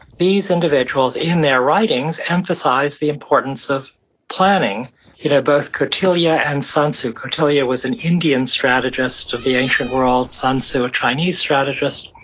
these individuals in their writings emphasize the importance of planning you know both kautilya, and sun tzu, kautilya was an indian strategist of the ancient world, sun tzu, a chinese strategist.